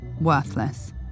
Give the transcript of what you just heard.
worthless